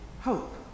hope